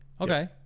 Okay